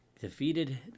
defeated